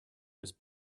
was